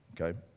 Okay